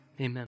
Amen